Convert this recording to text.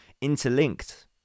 interlinked